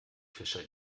fischer